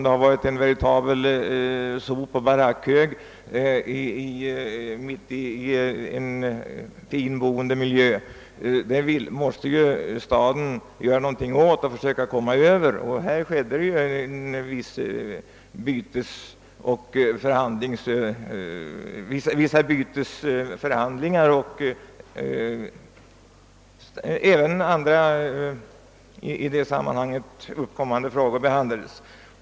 Detta har varit en veritabel sophög med barackmässig bebyggelse mitt i en i övrigt fin boendemiljö, och staden har varit tvungen att göra något åt detta. Det förekom en del bytesförhandlingar, varvid även andra i detta sammanhang uppkommande frågor behandlades.